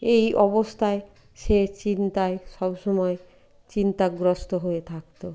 এই অবস্থায় সে চিন্তায় সব সময় চিন্তাগ্রস্থ হয়ে থাকতো